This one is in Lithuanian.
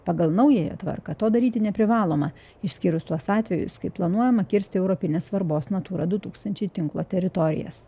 pagal naująją tvarką to daryti neprivaloma išskyrus tuos atvejus kai planuojama kirsti europinės svarbos natūra du tūkstančiai tinklo teritorijas